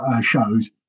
shows